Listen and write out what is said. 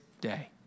day